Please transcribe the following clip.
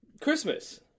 Christmas